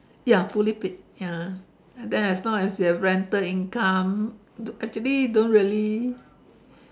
ya fully paid ya then as long as you have rental income actually don't really